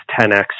10x